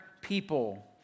people